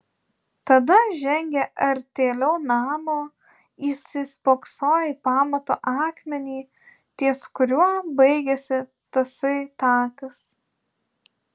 tada žengė artėliau namo įsispoksojo į pamato akmenį ties kuriuo baigėsi tasai takas